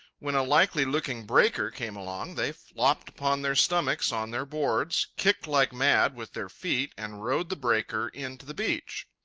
when a likely-looking breaker came along, they flopped upon their stomachs on their boards, kicked like mad with their feet, and rode the breaker in to the beach.